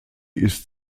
ist